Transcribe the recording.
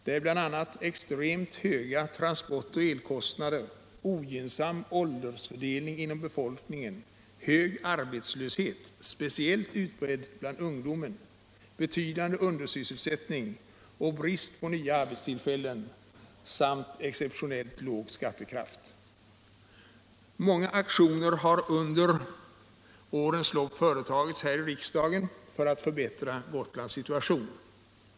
De är bl.a. extremt höga transportoch elkostnader, ogynnsam åldersfördelning inom befolkningen, hög arbetslöshet, speciellt utbredd bland ungdomen, betydande undersysselsättning och brist på nya arbetstillfällen samt exceptionellt låg skattekraft. Många aktioner har under årens lopp företagits i riksdagen för att förbättra Gotlands situation.